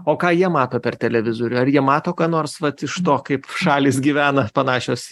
o ką jie mato per televizorių ar jie mato ką nors vat iš to kaip šalys gyvena panašios